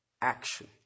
action